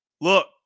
look